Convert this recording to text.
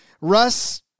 Russ